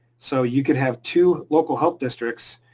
so you could have two local health districts.